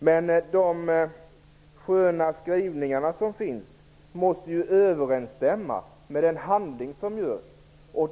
Men de sköna skrivningar som finns måste ju överensstämma med den handling som utförs.